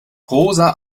rosa